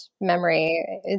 memory